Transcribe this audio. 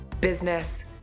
business